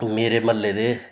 मेरे म्हल्ले दे